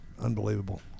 unbelievable